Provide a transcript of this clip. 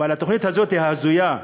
אבל התוכנית הזו הזויה,